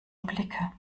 blicke